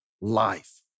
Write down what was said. life